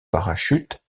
parachute